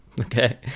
okay